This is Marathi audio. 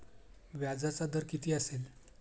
व्याजाचा दर किती असेल?